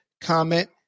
comment